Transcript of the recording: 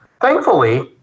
Thankfully